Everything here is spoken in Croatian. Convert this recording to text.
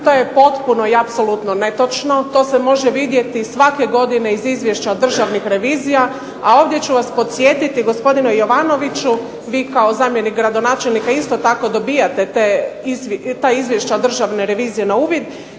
To je potpuno i apsolutno netočno. To se može vidjeti svake godine iz Izvješća državnih revizija, a ovdje ću vas podsjetiti gospodine Jovanoviću vi kao zamjenik gradonačelnika isto tako dobijate ta Izvješća od Državne revizije na uvid.